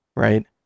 right